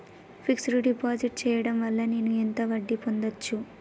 Fix డ్ deposit చేయటం వల్ల నేను ఎంత వడ్డీ పొందచ్చు?